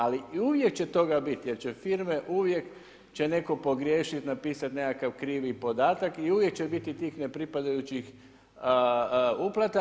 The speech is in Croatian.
Ali uvijek će toga biti, jer će firme uvijek će netko pogriješiti, napisati nekakav krivi podatak i uvijek će biti tih nepripadajućih uplata.